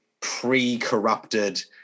pre-corrupted